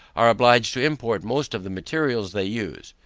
are obliged to import most of the materials they use.